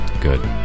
Good